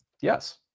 Yes